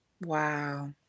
Wow